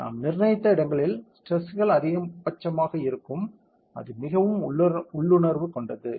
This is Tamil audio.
நாம் நிர்ணயித்த இடங்களில் ஸ்ட்ரெஸ்கள் அதிகபட்சமாக இருக்கும் அது மிகவும் உள்ளுணர்வு கொண்டது